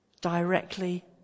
directly